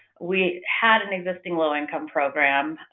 we had an existing low-income program,